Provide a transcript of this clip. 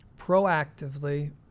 proactively